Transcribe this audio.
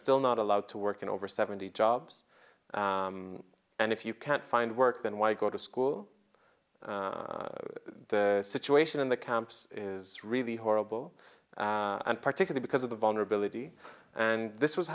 still not allowed to work in over seventy jobs and if you can't find work then why go to school the situation in the camps is really horrible and particular because of the vulnerability and this was